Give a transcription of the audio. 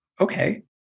okay